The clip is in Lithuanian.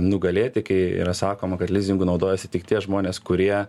nugalėti kai yra sakoma kad lizingu naudojasi tik tie žmonės kurie